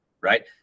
right